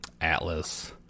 atlas